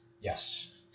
Yes